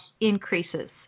increases